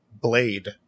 Blade